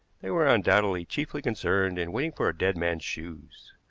they were undoubtedly chiefly concerned in waiting for a dead man's shoes.